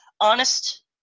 honest